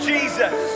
Jesus